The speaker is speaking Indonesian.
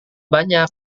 banyak